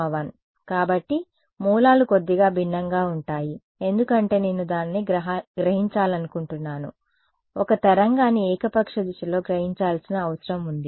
sx sy 1 కాబట్టి మూలలు కొద్దిగా భిన్నంగా ఉంటాయి ఎందుకంటే నేను దానిని గ్రహించాలనుకుంటున్నాను ఒక తరంగాన్ని ఏకపక్ష దిశలో గ్రహించాల్సిన అవసరం ఉంది